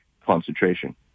concentration